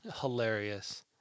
hilarious